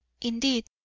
Indeed